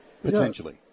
Potentially